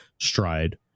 stride